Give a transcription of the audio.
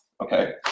okay